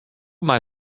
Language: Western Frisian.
mei